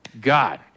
God